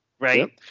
Right